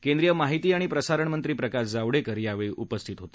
केंद्रीय माहिती आणि प्रसारण मंत्री प्रकाश जावडेकर यावेळी उपस्थित होते